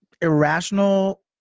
irrational